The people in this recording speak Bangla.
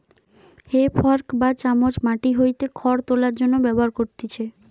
হে ফর্ক বা চামচ মাটি হইতে খড় তোলার জন্য ব্যবহার করতিছে